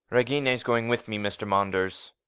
regina is going with me, mr. manders.